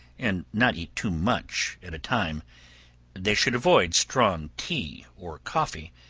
and not eat too much at a time they should avoid strong tea or coffee,